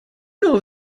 know